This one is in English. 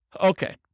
Okay